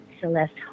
Celeste